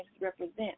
represent